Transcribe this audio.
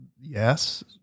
yes